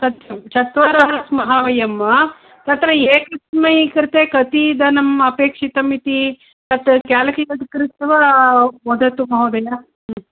सत्यं चत्वारः स्मः वयं वा तत्र एकस्मै कृते कति धनम् अपेक्षितम् इति तत् केल्कुलेट् कृत्वा वदतु महोदय